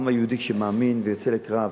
העם היהודי שמאמין ויוצא לקרב,